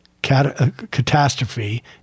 Catastrophe